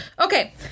Okay